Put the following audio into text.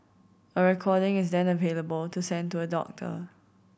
a recording is then available to send to a doctor